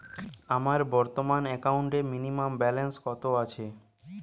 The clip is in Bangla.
আমার বর্তমান একাউন্টে মিনিমাম ব্যালেন্স কত আছে?